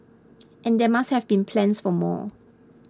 and there must have been plans for more